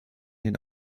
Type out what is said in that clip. den